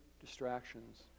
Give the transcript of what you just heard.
distractions